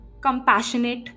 compassionate